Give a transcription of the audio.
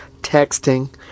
texting